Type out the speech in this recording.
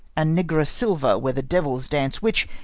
and nigra silva, where the devils dance, which,